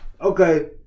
okay